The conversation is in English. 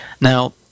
Now